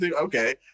Okay